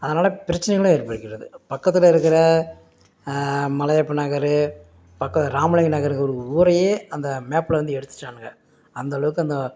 அதனாலே பிரச்சினைகளும் ஏற்படுகிறது பக்கத்தில் இருக்கிற மலையப்ப நாகரு பக்க ராமலிங்கம் நகருங்கிற ஒரு ஊரையே அந்த மேப்பிலருந்து எடுத்துட்டானுங்க அந்த அளவுக்கு அந்த